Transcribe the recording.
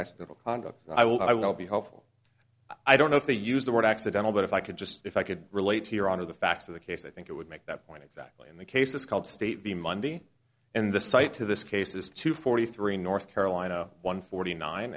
actionable conduct i will i will be helpful i don't know if they use the word accidental but if i could just if i could relate here out of the facts of the case i think it would make that point exactly in the cases called state the monday and the cite to this case is two forty three north carolina one forty nine